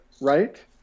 right